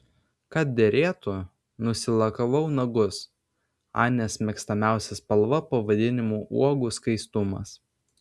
kad derėtų nusilakavau nagus anės mėgstamiausia spalva pavadinimu uogų skaistumas